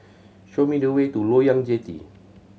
show me the way to Loyang Jetty